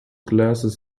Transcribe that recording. glasses